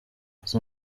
izo